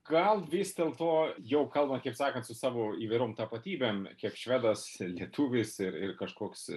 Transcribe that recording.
gal vis dėlto jau kalbant kaip sakant su savo įvairiom tapatybėm kiek švedas lietuvis ir ir kažkoks